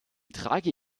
trage